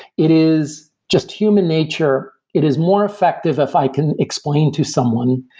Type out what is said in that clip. it is just human nature. it is more effective if i can explain to someone,